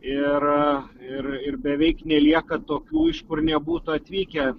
ir ir ir beveik nelieka tokių iš kur nebūtų atvykę